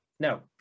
No